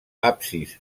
absis